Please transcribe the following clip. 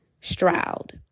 Stroud